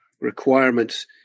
requirements